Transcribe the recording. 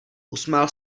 usmál